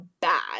bad